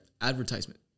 advertisement